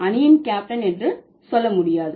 அணியின் கேப்டன் என்று சொல்ல முடியாது